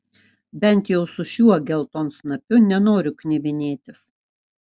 bent jau su šiuo geltonsnapiu nenoriu knibinėtis